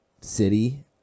city